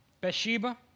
Bathsheba